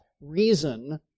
reason